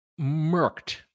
murked